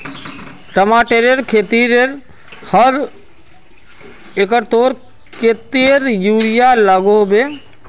टमाटरेर खेतीत हर एकड़ोत कतेरी यूरिया लागोहो होबे?